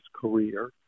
career